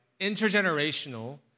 intergenerational